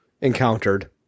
encountered